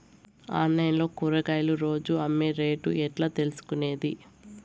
Online లో కూరగాయలు రోజు అమ్మే రేటు ఎట్లా తెలుసుకొనేది?